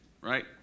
right